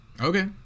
Okay